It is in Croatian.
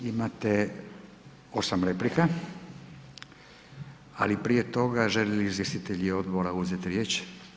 Imate 8 replika, ali prije toga žele li izvjestitelji Odbora uzeti riječ?